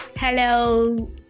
Hello